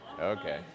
okay